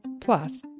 Plus